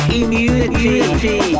immunity